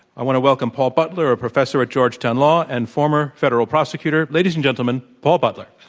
i want to welcome paul butler, a professor at georgetown law and former federal prosecutor. ladies and gentlemen, paul butler.